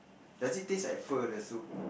does it taste like pho the soup